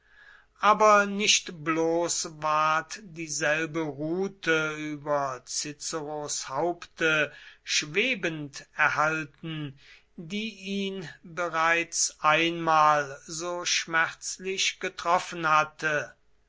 aber nicht bloß ward dieselbe rute über ciceros haupte schwebend erhalten die ihn bereits einmal so schmerzlich getroffen hatte